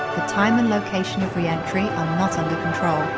the time and location of reentry, are not under control